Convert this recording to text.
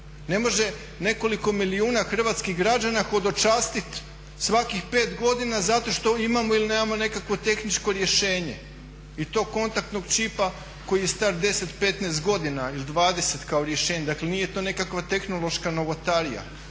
ne može nekoliko milijuna hrvatskih građana hodočastit svakih 5 godina zato što imamo ili nemamo nekakvo tehničko rješenje i to kontaktnog čipa koji je star 10, 15 godina ili 20 kao rješenje. Dakle nije to nekakva tehnološka novotarija,